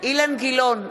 אילן גילאון,